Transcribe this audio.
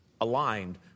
aligned